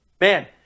Man